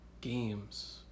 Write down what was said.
games